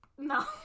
No